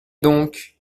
donc